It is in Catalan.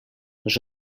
les